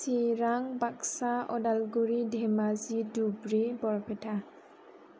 Chirang Baksa Udalguri Dhemaji Dhubri Barpeta